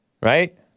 right